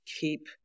keep